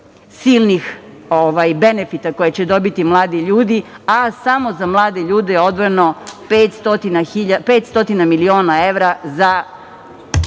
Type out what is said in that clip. silnih benefita koja će dobiti mladi ljudi, a samo za mlade ljude je odvojeno pet stotina miliona evra za